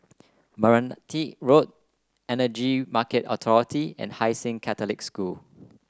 Meranti Road Energy Market Authority and Hai Sing Catholic School